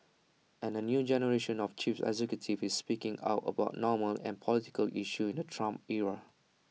and A new generation of chief executives is speaking out about normal and political issues in the Trump era